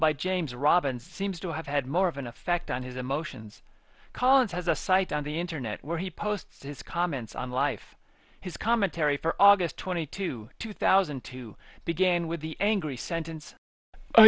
by james robinson seems to have had more of an effect on his emotions collins has a site on the internet where he posts his comments on life his commentary for august twenty two two thousand and two began with the angry sentence